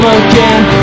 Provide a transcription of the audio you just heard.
again